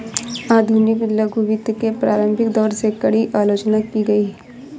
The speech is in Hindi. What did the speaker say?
आधुनिक लघु वित्त के प्रारंभिक दौर में, कड़ी आलोचना की गई